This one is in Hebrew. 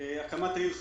על הקמת העיר חריש,